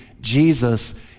Jesus